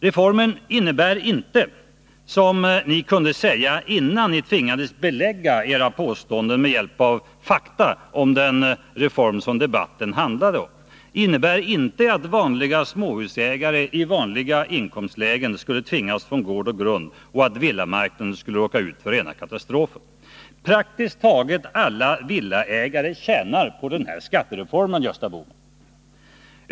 Reformen innebär inte, som ni kunde säga innan ni tvingades belägga era påståenden med hjälp av fakta om den reform som debatten handlade om, att vanliga småhusägare i vanliga inkomstlägen skulle tvingas från gård och grund och att villamarknaden skulle råka ut för rena katastrofen. Praktiskt taget alla villaägare tjänar på den här skattereformen, Gösta Bohman.